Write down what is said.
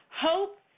Hope